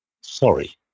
sorry